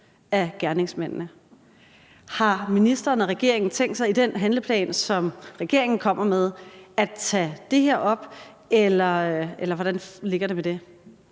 Har ministeren og regeringen tænkt sig i den handleplan, som regeringen kommer med, at tage det her op? Eller hvordan ligger det med det?